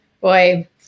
Boy